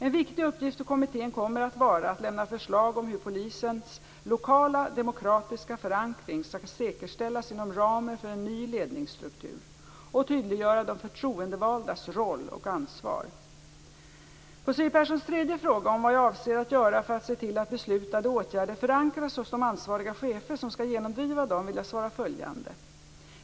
En viktig uppgift för kommittén kommer att vara att lämna förslag om hur polisens lokala demokratiska förankring skall säkerställas inom ramen för en ny ledningsstruktur och tydliggöra de förtroendevaldas roll och ansvar. På Siw Perssons tredje fråga om vad jag avser att göra för att se till att beslutade åtgärder förankras hos de ansvariga chefer som skall genomdriva dem, vill jag svara följande.